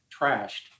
trashed